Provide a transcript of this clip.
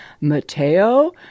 Mateo